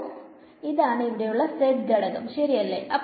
അപ്പൊ ഇതാണ് ഇവിടെ ഉള്ള z ഘടകം ശെരിയല്ലേ